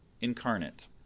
incarnate